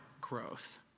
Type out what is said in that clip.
growth